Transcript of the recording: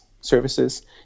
Services